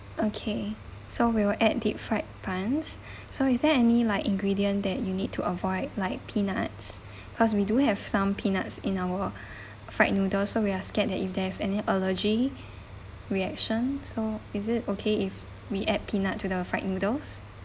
okay so we will add deep fried buns so is there any like ingredients that you need to avoid like peanuts cause we do have some peanuts in our fried noodles so we are scared that if there's any allergy reaction so is it okay if we add peanut to the fried noodles